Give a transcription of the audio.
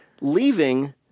leaving